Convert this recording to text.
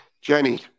Jenny